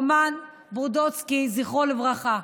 רומן ברודצקי, זכרו לברכה.